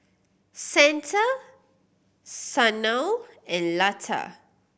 Santha Sanal and Lata